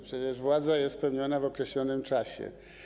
Przecież władza jest pełniona w określonym czasie.